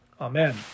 Amen